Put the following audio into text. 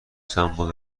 سمبل